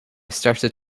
started